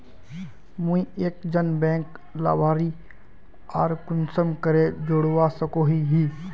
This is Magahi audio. मुई एक जन बैंक लाभारती आर कुंसम करे जोड़वा सकोहो ही?